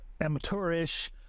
amateurish